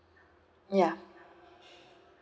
ya